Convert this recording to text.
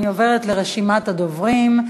אני עוברת לרשימת הדוברים.